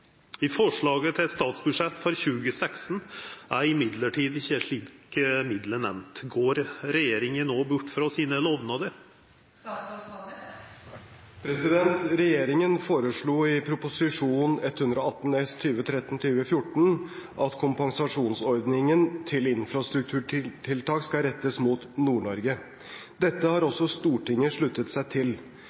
I forslaget til statsbudsjett for 2016 er imidlertid ikke slike midler nevnt. Går regjeringen nå bort fra sine lovnader?» Regjeringen foreslo i Prop. 118 S for 2013–2014 at kompensasjonsordningen til infrastrukturtiltak skal rettes mot Nord-Norge. Dette har også Stortinget sluttet seg til.